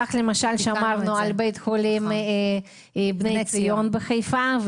כך למשל שמרנו על בית חולים בני ציון בחיפה.